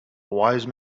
wise